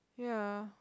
ya